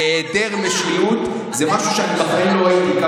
בהיעדר משילות זה משהו שבחיים לא ראיתי.